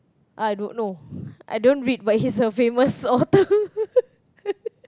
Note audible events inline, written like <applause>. I don't know I don't read but he's a famous author <laughs>